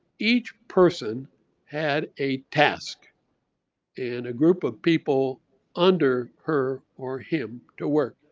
each person had a task and a group of people under her or him to work,